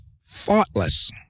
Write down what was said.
thoughtless